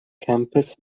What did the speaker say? campus